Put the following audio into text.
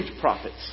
profits